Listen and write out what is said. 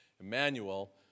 Emmanuel